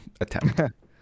attempt